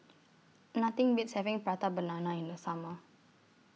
Nothing Beats having Prata Banana in The Summer